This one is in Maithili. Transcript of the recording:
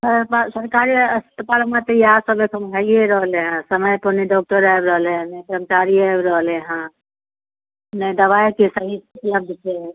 हॅं तऽ सरकारी अस्पतालमे तऽ इएह सब एखन भैये रहलै हन समय पर नहि डॉक्टर आबि रहलै हन नहि कर्मचारी आबि रहलै हनि नहि दबाइ के छै नहि सुइया दै के